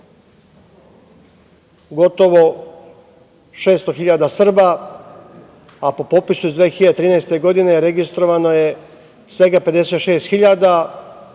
gotovo 600.000 Srba, a po popisu iz 2013. godine registrovano je svega 56.000,